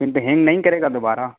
پھر تو ہینگ نہیں کرے گا دوبارہ